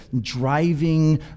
driving